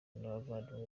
n’abavandimwe